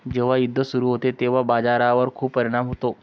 जेव्हा युद्ध सुरू होते तेव्हा बाजारावर खूप परिणाम होतो